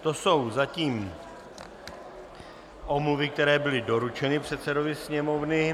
To jsou zatím omluvy, které byly doručeny předsedovi Sněmovny.